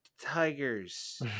Tigers